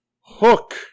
Hook